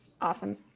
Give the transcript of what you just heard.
Awesome